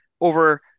over